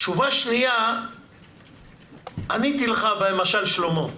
תשובה שנייה עניתי לך במשל שלמה.